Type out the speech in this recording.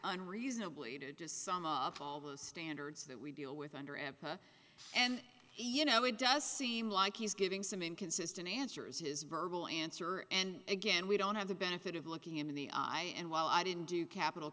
unreasonably to sum up all the standards that we deal with under and you know it does seem like he's giving some inconsistent answers his verbal answer and again we don't have the benefit of looking him in the eye and while i didn't do capital